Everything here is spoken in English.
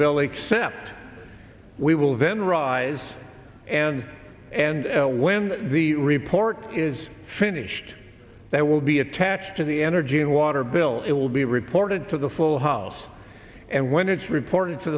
bill except we will then rise and and when the report is finished that will be attached to the energy and water bill it will be reported to the full house and when it's reported to